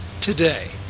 today